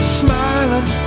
smiling